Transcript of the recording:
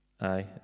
aye